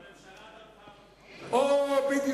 הממשלה תמכה בחוקים האלה.